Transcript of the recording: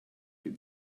you